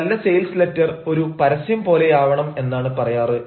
ഒരു നല്ല sales letter ഒരു പരസ്യം പോലെയാവണം എന്നാണ് പറയാറ്